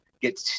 get